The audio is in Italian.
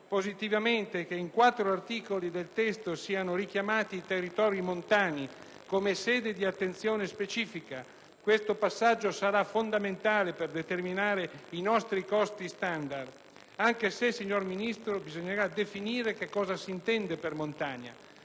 positivamente che in quattro articoli del testo siano richiamati i territori montani come sede di attenzione specifica. Questo passaggio sarà fondamentale per determinare i nostri costi standard; anche se, signor Ministro, bisognerà definire cosa si intende per montagna.